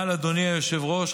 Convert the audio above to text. אבל אדוני היושב-ראש,